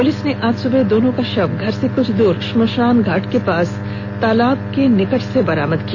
police ने आज सुबह दोनों का शव घर से कुछ दूर श्मशान घाट के पास स्थित तालाब के पास से बरामद किया गया है